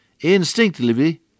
Instinctively